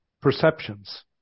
perceptions